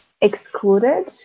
excluded